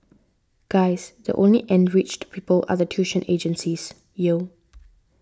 guys the only enriched people are the tuition agencies yo